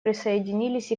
присоединились